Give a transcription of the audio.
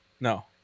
no